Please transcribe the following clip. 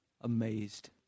amazed